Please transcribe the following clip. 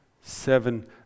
seven